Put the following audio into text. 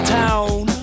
town